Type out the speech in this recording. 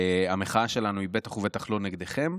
המחאה שלנו בטח ובטח לא נגדכם,